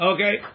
Okay